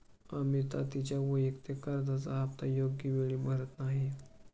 अमिता तिच्या वैयक्तिक कर्जाचा हप्ता योग्य वेळी भरत नाही